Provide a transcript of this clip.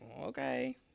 okay